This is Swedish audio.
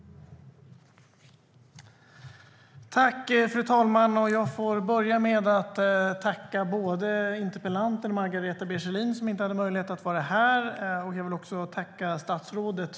Då Margareta B Kjellin, som framställt interpellationen, anmält att hon var förhindrad att närvara vid sammanträdet medgav tredje vice talmannen att Tomas Tobé i stället fick delta i överläggningen.